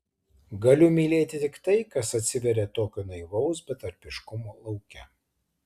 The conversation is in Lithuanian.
galiu mylėti tik tai kas atsiveria tokio naivaus betarpiškumo lauke